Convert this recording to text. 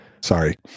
Sorry